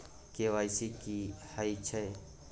KYC की हय छै?